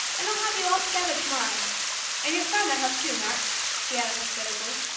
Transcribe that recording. and i'll have you all together to-morrow and your friend i hope, too, mark, she added hospitably.